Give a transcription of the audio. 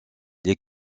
sont